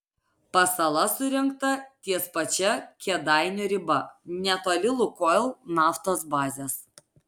pasala surengta ties pačia kėdainių riba netoli lukoil naftos bazės